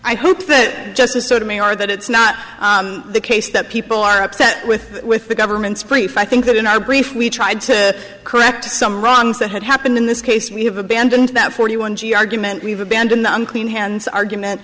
i hope that justice sotomayor that it's not the case that people are upset with with the government's preferred think that in our brief we tried to correct some wrongs that had happened in this case we have abandoned that forty one g argument we've abandoned the unclean hands argument